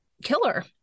killer